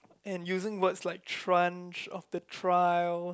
and using words like trunch of the trial